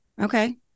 Okay